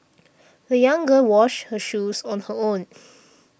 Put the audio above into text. the young girl washed her shoes on her own